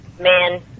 man